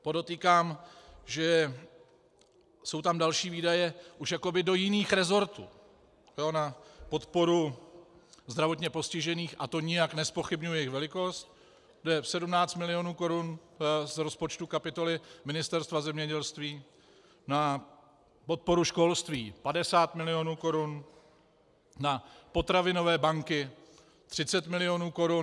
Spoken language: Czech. Podotýkám, že jsou tam další výdaje už jakoby do jiných rezortů na podporu zdravotně postižených, a to nijak nezpochybňuji jejich velikost, kde je 17 milionů korun z rozpočtu kapitoly Ministerstva zemědělství, na podporu školství 50 milionů korun, na potravinové banky 30 milionů korun.